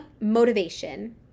motivation